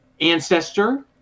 ancestor